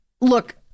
look